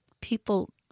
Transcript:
people